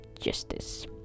justice